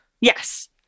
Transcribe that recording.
Yes